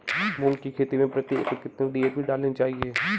मूंग की खेती में प्रति एकड़ कितनी डी.ए.पी डालनी चाहिए?